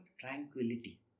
tranquility